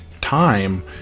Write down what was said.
time